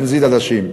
בנזיד עדשים.